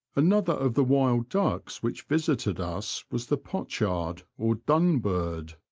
another of the wild ducks which visited us was the pochard or dunbird.